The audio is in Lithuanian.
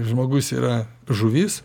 žmogus yra žuvis